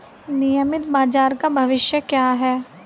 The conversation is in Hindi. नियमित बाजार का भविष्य क्या है?